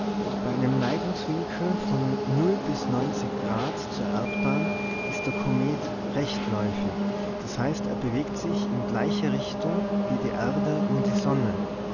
bei einem neigungswinkel von bis grad zur erdbahn ist der komet rechtläufig das heißt er bewegt sich in gleicher richtung wie die erde um die sonne